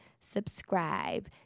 subscribe